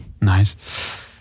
Nice